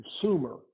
consumer